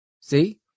See